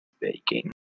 baking